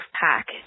pack